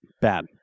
bad